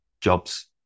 jobs